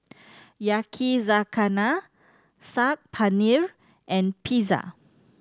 Yakizakana Saag Paneer and Pizza